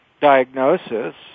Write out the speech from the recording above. diagnosis